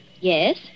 Yes